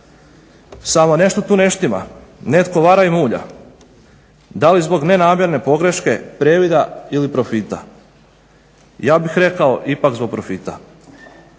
Samo nešto tu ne štima, netko vara i mulja, da li zbog nenamjerne pogreške, previda ili profita. Ja bih rekao ipak zbog profita.